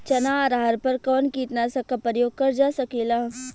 चना अरहर पर कवन कीटनाशक क प्रयोग कर जा सकेला?